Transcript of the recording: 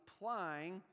applying